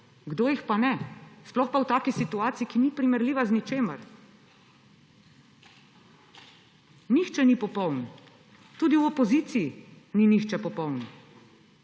Kdo jih pa ne? Sploh pa v taki situaciji, ki ni primerljiva z ničemer. Nihče ni popoln. Tudi v opoziciji ni nihče popoln,